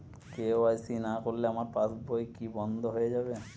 KYC না করলে আমার পাশ বই কি বন্ধ হয়ে যাবে?